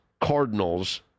Cardinals